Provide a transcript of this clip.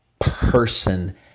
person